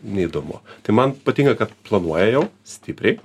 neįdomu tai man patinka kad planuoja jau stipriai